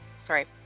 sorry